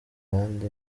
abandi